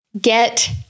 get